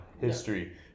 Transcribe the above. history